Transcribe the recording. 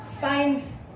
find